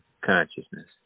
consciousness